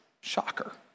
Shocker